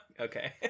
Okay